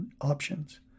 options